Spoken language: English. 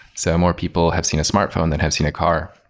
so more people have seen a smartphone that have seen a car.